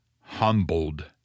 humbled